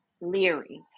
leery